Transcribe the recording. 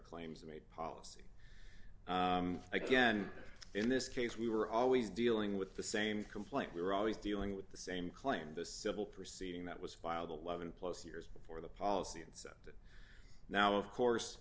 claims made policy again in this case we were always dealing with the same complaint we were always dealing with the same claim the civil proceeding that was filed eleven plus years before the policy and so now of course